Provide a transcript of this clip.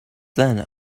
then